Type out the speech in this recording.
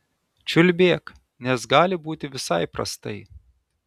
čiulbėk nes gali būti visai prastai